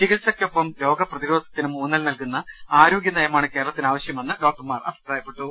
ചികിത്സയ്ക്കൊപ്പം രോഗപ്രതിരോധത്തിനും ഊന്നൽ നൽകുന്ന ആരോഗ്യനയമാണ് കേരളത്തിനാവശ്യമെന്ന് ഡോക്ടർമാർ അഭി പ്രായപ്പെട്ടു